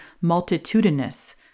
multitudinous